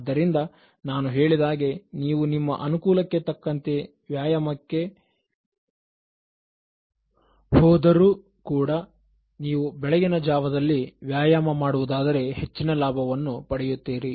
ಆದ್ದರಿಂದ ನಾನು ಹೇಳಿದಾಗೆ ನೀವು ನಿಮ್ಮ ಅನುಕೂಲಕ್ಕೆ ತಕ್ಕಂತೆ ವ್ಯಾಯಾಮಕ್ಕೆ ಕೂದಲು ಕೂಡ ನೀವು ಬೆಳಗಿನ ಜಾವದಲ್ಲಿ ವ್ಯಾಯಾಮ ಮಾಡುವುದಾದರೆ ಹೆಚ್ಚಿನ ಲಾಭವನ್ನು ಪಡೆಯುತ್ತೀರಿ